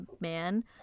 man